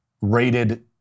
rated